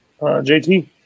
JT